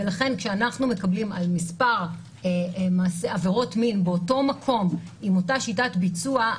ולכן כשאנחנו מקבלים מספר עבירות מין באותו מקום עם אותה שיטת ביצוע,